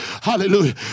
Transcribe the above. hallelujah